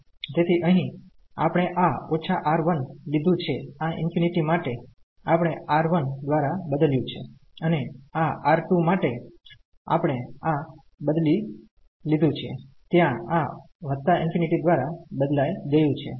તેથી અહીં આપણે આ -R1 લીધું છે આ ∞ માટે આપણે R1 દ્વારા બદલ્યું છે અને આ R2 માટે આપણે આ બદલી લીધું છે ત્યાં આ ∞ દ્વારા બદલાઈ ગયું છે